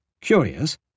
Curious